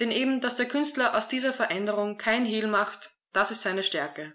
denn eben daß der künstler aus dieser veränderung kein hehl macht das ist seine stärke